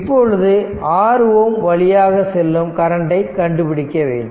இப்பொழுது 6 Ω வழியாக செல்லும் கரண்ட் ஐ கண்டுபிடிக்க வேண்டும்